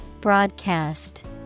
Broadcast